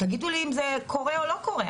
תגידו לי אם זה קורה או לא קורה,